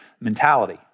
mentality